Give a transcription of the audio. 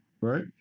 right